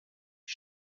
die